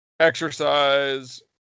exercise